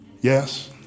Yes